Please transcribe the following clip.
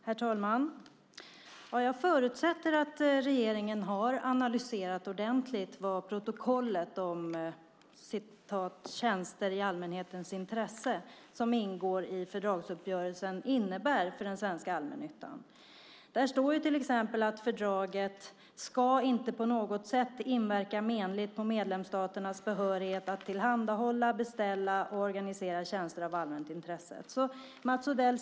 Herr talman! Jag förutsätter att regeringen ordentligt har analyserat vad protokollet om "tjänster i allmänhetens intresse" som ingår i fördragsuppgörelsen innebär för den svenska allmännyttan. Där står till exempel att fördraget inte på något sätt ska inverka menligt på medlemsstaternas behörighet att tillhandahålla, beställa och organisera tjänster av allmänt intresse. Mats Odell!